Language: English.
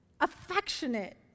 affectionate